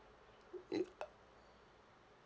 ya